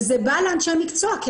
וזה בא לאנשי מקצוע.